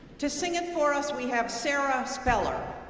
to sing it for us, we have sara speller.